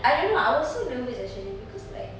I don't know I was so nervous actually because like